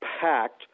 packed